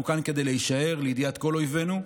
לידיעת כל אויבינו,